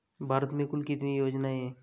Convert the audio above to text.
भारत में कुल कितनी योजनाएं हैं?